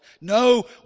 No